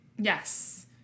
Yes